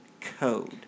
code